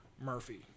Murphy